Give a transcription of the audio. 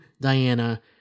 Diana